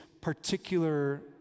particular